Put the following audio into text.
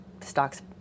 stocks